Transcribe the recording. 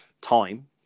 time